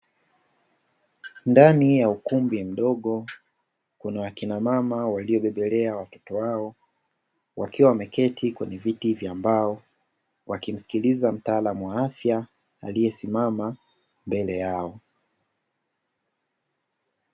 Ndani ya ukumbi mdogo kuna wakina mama waliobebelea watoto wao, wakiwa wameketi kwenye viti vya mbao wakimsikiliza mtaalamu wa afya aliesimama mbele yao.